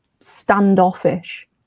standoffish